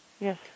Yes